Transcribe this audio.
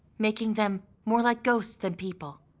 making them more like ghosts than people.